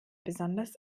besonders